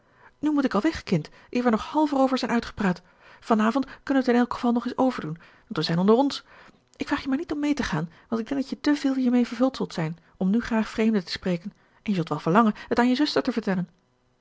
nu moet ik al weg kind eer we nog half erover zijn uitgepraat van avond kunnen we t in elk geval nog eens overdoen want we zijn onder ons ik vraag je maar niet om mee te gaan want ik denk dat je te veel hiermee vervuld zult zijn om nu graag vreemden te spreken en je zult wel verlangen het aan je zuster te vertellen